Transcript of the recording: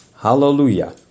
Hallelujah